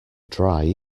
dry